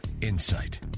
insight